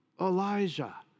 Elijah